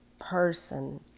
person